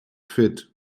fit